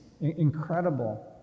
Incredible